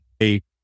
eight